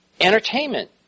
entertainment